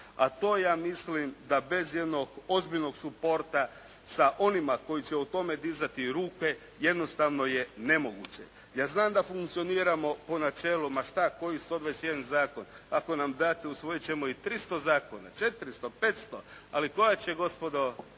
a to ja mislim da bez jednog ozbiljnog suporta sa onima koji će o tome dizati ruke jednostavno je nemoguće. Ja znam da funkcioniramo po načelu ma šta, koji 121 zakon. Ako nam date usvojit ćemo i 300 zakona, 400, 500, ali koja će gospodo